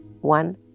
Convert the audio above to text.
one